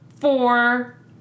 four